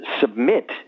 submit